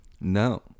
No